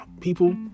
People